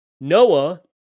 Noah